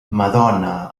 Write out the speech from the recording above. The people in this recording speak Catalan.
madona